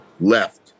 left